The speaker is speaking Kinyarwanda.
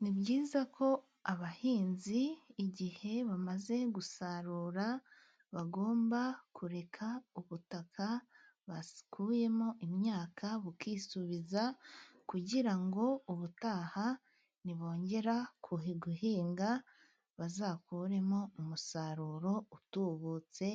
Ni byiza ko abahinzi igihe bamaze gusarura bagomba kureka ubutaka bakuyemo imyaka bukisubiza, kugira ngo ubutaha nibongera guhinga bazakuremo umusaruro utubutse